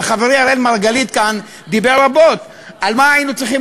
וחברי אראל מרגלית דיבר כאן רבות על מה היינו צריכים